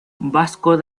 vasco